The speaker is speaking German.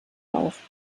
auf